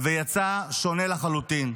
ויצא שונה לחלוטין.